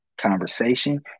conversation